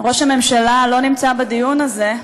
ראש הממשלה לא נמצא בדיון הזה,